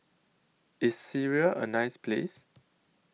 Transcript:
IS Syria A nice Place